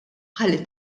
ħalli